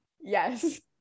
Yes